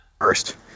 first